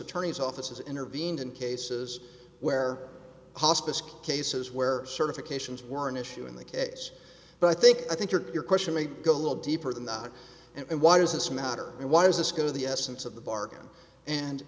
attorney's office has intervened in cases where hospice cases where certifications were an issue in the case but i think i think your question may go a little deeper than that and why does this matter and why does this go to the essence of the bargain and